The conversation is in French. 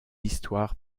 histoire